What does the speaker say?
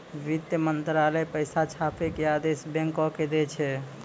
वित्त मंत्रालय पैसा छापै के आदेश बैंको के दै छै